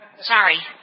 Sorry